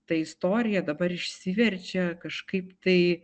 ta istorija dabar išsiverčia kažkaip tai